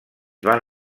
van